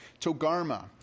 Togarma